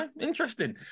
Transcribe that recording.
interesting